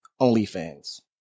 OnlyFans